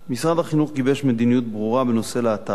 1 2. משרד החינוך גיבש מדיניות ברורה בנושא להט"בים.